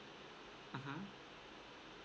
mmhmm